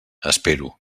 espero